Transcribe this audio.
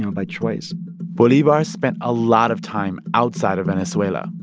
ah by choice bolivar spent a lot of time outside of venezuela,